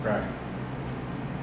这些人 come here for trade